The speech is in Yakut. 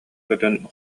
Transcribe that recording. көтөн